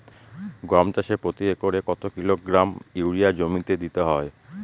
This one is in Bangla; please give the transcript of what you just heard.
গম চাষে প্রতি একরে কত কিলোগ্রাম ইউরিয়া জমিতে দিতে হয়?